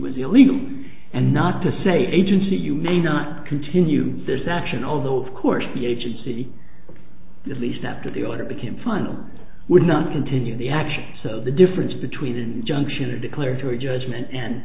was illegal and not to say agency you may not continue this action although of course the agency is least after the order became final would not continue the action so the difference between an injunction a declaratory judgment and